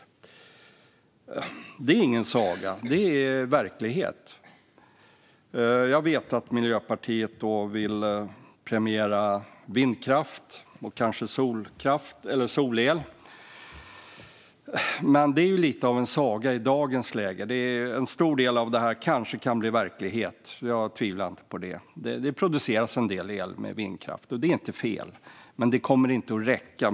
Detta är ingen saga, utan det är verklighet. Jag vet att Miljöpartiet vill premiera vindkraft och kanske solkraft eller solel, men detta är lite av en saga i dagens läge. En stor del av det kanske kan bli verklighet - det tvivlar jag inte på. Det produceras en del el med vindkraft, och det är inte fel. Men det kommer inte att räcka.